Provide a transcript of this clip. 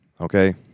Okay